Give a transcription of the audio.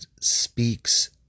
speaks